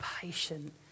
patient